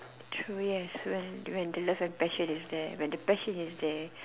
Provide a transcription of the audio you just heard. true it has went when the love and passion is there when the passion is there